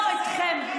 לא איתכם,